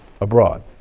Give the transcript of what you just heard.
abroad